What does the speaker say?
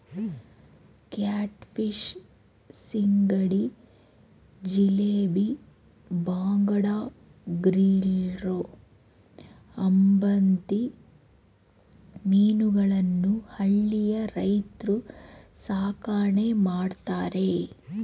cat fish, ಸೀಗಡಿ, ಜಿಲೇಬಿ, ಬಾಂಗಡಾ, ಗಿರ್ಲೂ, ಅಂಬತಿ ಮೀನುಗಳನ್ನು ಹಳ್ಳಿಯ ರೈತ್ರು ಸಾಕಣೆ ಮಾಡ್ತರೆ